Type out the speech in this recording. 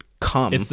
come